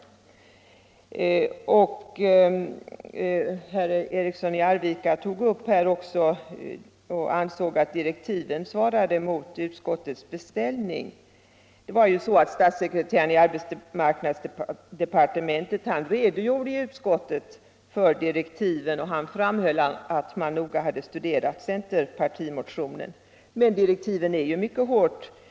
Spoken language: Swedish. Herr Eriksson i Arvika ansåg att direktiven svarade mot utskottets beställning. Statssekreteraren i arbetsmarknadsdepartementet redogjorde i utskottet för direktiven och framhöll då att man noga hade studerat centermotionen. Inrikesutskottet framhöll också i sitt betänkande att man hade anledning utgå från att vår motion skulle tillgodoses i direktiven.